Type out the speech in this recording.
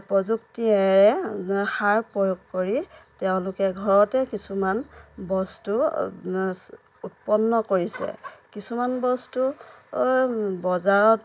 প্ৰযুক্তিৰে সাৰ প্ৰয়োগ কৰি তেওঁলোকে ঘৰতে কিছুমান বস্তু উৎপন্ন কৰিছে কিছুমান বস্তু বজাৰত